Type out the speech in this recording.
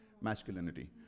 masculinity